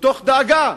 מתוך דאגה,